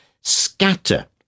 scatter